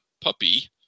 puppy